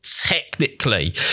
technically